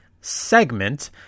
segment